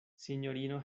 sinjorino